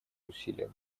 усилия